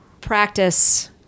practice